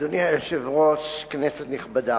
1. אדוני היושב-ראש, כנסת נכבדה,